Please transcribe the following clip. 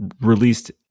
released